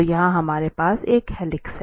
तो यहां हमारे पास एक हेलिक्स है